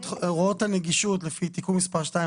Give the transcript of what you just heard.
הוראות הנגישות לפי תיקון מספר 2,